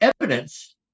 evidence